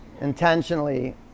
intentionally